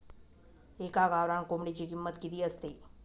एका गावरान कोंबडीची किंमत किती असते?